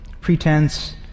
pretense